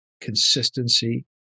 consistency